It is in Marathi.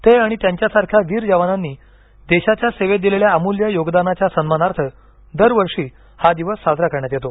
ते आणि त्यांच्यासारख्या वीर जवानांनी देशाच्या सेवेत दिलेल्या अमूल्य योगदानाच्या सन्मानार्थ दरवर्षी हा दिवस साजरा करण्यात येतो